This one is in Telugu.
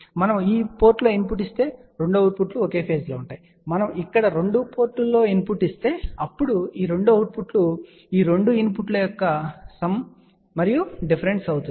మనము ఈ పోర్టులో ఇన్పుట్ ఇస్తే 2 అవుట్పుట్లు ఒకే ఫేజ్ లో ఉంటాయి మరియు మనము ఇక్కడ రెండు పోర్టులలో ఇన్పుట్ ఇస్తే అప్పుడు ఈ 2 అవుట్పుట్లు ఈ 2 ఇన్పుట్ల కూడిక మరియు డిఫరెన్స్ అవుతుంది